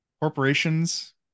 corporations